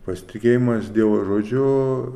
pasitikėjimas dievo žodžiu